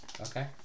Okay